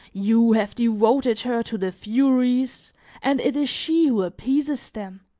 you have devoted her to the furies and it is she who appeases them.